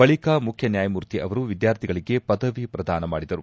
ಬಳಿಕ ಮುಖ್ಯನ್ಕಾಯಮೂರ್ತಿ ಅವರು ವಿದ್ಯಾರ್ಥಿಗಳಿಗೆ ಪದವಿ ಪ್ರದಾನ ಮಾಡಿದರು